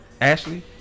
Ashley